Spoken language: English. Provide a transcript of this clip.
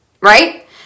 right